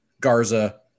Garza